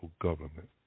government